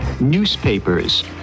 Newspapers